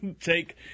take